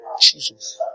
Jesus